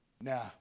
Now